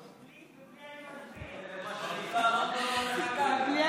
בלי "אני מסביר" זה מה שנקרא "לונדון לא מחכה לי".